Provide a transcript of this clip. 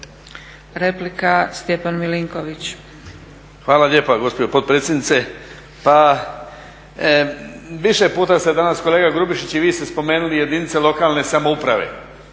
Stjepan (HDZ)** Hvala lijepa gospođo potpredsjednice. Pa više puta ste danas kolega Grubišić, i vi ste spomenuli jedinice lokalne samouprave